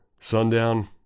Sundown